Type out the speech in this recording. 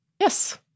Yes